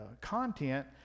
content